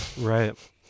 Right